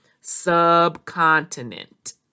subcontinent